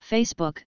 Facebook